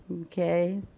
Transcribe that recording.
okay